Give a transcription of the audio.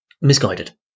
misguided